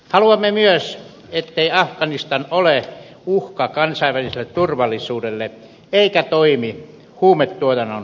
haluamme myös ettei afganistan ole uhka kansainväliselle turvallisuudelle eikä toimi huumetuotannon keskuksena